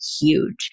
huge